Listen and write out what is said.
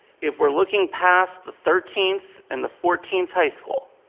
if we're looking past the thirteenth and the fourteenth high school